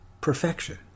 perfection